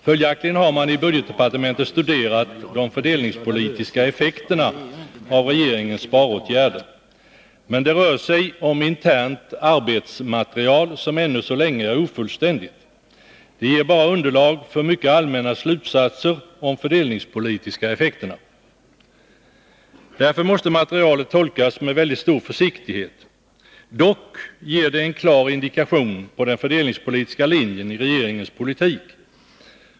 Följaktligen har man i budgetdepartementet studerat de fördelningspolitiska effekterna av regeringens sparåtgärder. Men det rör sig om internt arbetsmaterial som ännu så länge är ofullständigt. Det ger bara underlag för mycket allmänna slutsatser om de fördelningspolitiska effekterna. Därför måste materialet tolkas med stor försiktighet. Dock ger det en klar indikation på den fördelningspolitiska linjen i regeringens politik.